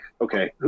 okay